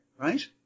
right